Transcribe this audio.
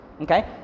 okay